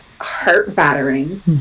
heart-battering